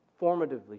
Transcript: formatively